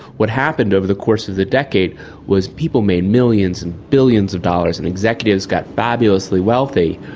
what happened over the course of the decade was people made millions and billions of dollars and executives got fabulously wealthy,